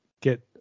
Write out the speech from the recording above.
get